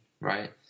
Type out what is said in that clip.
right